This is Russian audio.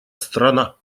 страна